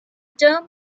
term